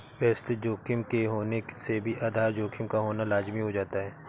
व्यवस्थित जोखिम के होने से भी आधार जोखिम का होना लाज़मी हो जाता है